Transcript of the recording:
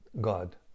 God